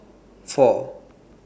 four